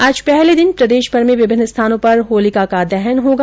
आज पहले दिन प्रदेशभर में विभिन्न स्थानों पर होलिका का दहन होगा